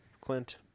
Clint